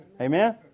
Amen